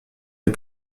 les